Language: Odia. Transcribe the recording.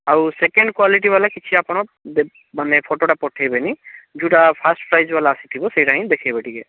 ଆଉ ସେକେଣ୍ଡ କ୍ଵାଲିଟି ବାଲା କିଛି ଆପଣ ମାନେ ଫଟୋଟା ଆପଣ ପଠାଇବେନି ଯେଉଁଟା ଫାଷ୍ଟ୍ ପ୍ରାଇସ୍ ବାଲା ଆସିଥିବ ସେଇଟା ହିଁ ଦେଖେଇବେ ଟିକିଏ